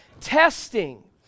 testing